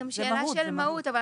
זה גם שאלה של מהות.